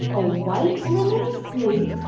a white linen suit,